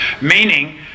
Meaning